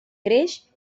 creix